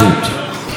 אני שמעתי,